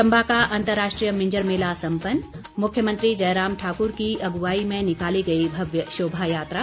चम्बा का अंतर्राष्ट्रीय मिंजर मेला सम्पन्न मुख्यमंत्री जयराम ठाकुर की अगुवाई में निकाली गई भव्य शोभा यात्रा